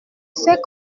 sais